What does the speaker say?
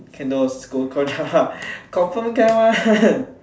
candles go confirm can one